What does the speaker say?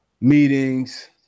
meetings